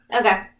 Okay